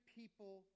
people